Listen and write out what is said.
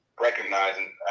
recognizing